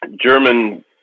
German